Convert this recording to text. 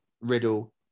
Riddle